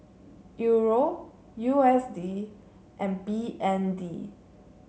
Euro U S D and B N D